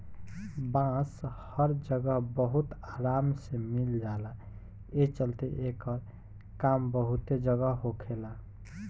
बांस हर जगह बहुत आराम से मिल जाला, ए चलते एकर काम बहुते जगह होखेला